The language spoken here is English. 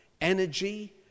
energy